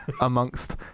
amongst